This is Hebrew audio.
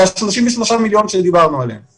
זה ה-33 מיליון שקלים עליהם דיברנו.